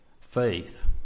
Faith